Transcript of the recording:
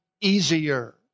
easier